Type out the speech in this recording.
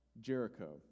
Jericho